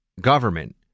government